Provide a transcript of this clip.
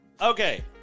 Okay